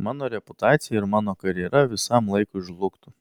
mano reputacija ir mano karjera visam laikui žlugtų